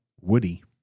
woody